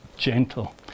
gentle